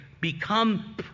become